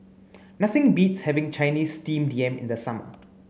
Nothing beats having Chinese steamed yam in the summer